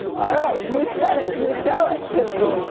alright, you said it, you show it to me!